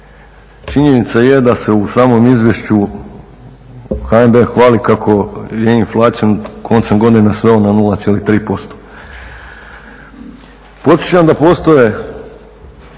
činjenica je da se u samom izvješću HNB hvali kako je inflaciju koncem godine sveo na 0,3%. Podsjećam da postoje,